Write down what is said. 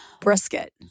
Brisket